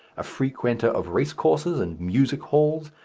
a frequenter of race-courses and music-halls,